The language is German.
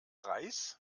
reis